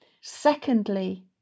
Secondly